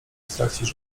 stracić